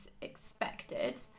expected